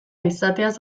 izateaz